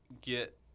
get